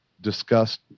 discussed